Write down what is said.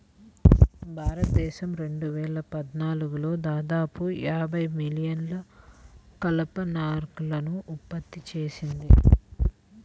భారతదేశం రెండు వేల పద్నాలుగులో దాదాపు యాభై మిలియన్ల కలప లాగ్లను ఉత్పత్తి చేసింది